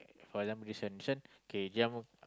for example this one this one kay giam uh